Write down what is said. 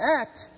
act